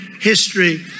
history